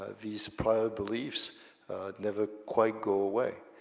ah these prior beliefs never quite go away.